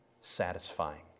satisfying